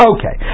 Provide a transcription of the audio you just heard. Okay